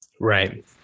right